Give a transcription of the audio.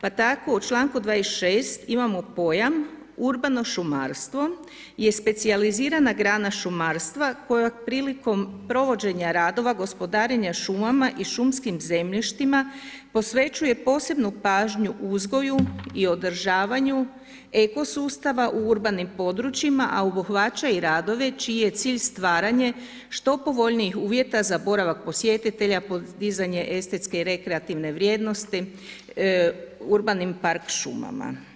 Pa tako u članku 26. imamo pojam urbano šumarstvo je specijalizirana grana šumarstva koja prilikom provođenja radova gospodarenja šumama i šumskim zemljištima posvećuje posebnu pažnju uzgoju i održavanju eko sustav u urbanim područjima a obuhvaća i radove čiji je cilj stvaranje što povoljnijih uvjeta za boravak posjetitelja, podizanje estetske i rekreativne vrijednosti urbanim park šumama.